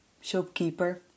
shopkeeper